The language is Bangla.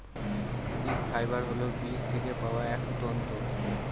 সীড ফাইবার হল বীজ থেকে পাওয়া এক তন্তু